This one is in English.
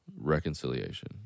reconciliation